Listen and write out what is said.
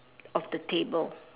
of the table